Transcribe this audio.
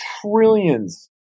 trillions